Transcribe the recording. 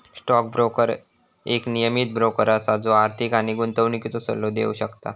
stock broker एक नियमीत broker असा जो आर्थिक आणि गुंतवणुकीचो सल्लो देव शकता